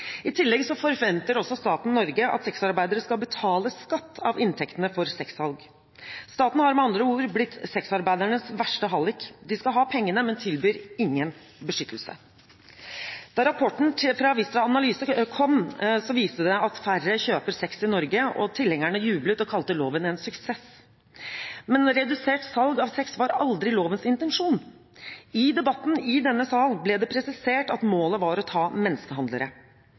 I tillegg forventer staten Norge at sexarbeidere skal betale skatt av inntektene for sexsalg. Staten har med andre ord blitt sexarbeidernes verste hallik. De skal ha pengene, men tilbyr ingen beskyttelse. Da rapporten fra Vista Analyse kom, viste den at færre kjøper sex i Norge, og tilhengerne jublet og kalte loven en suksess. Men redusert salg av sex var aldri lovens intensjon. I debatten i denne sal ble det presisert at målet var å ta menneskehandlere.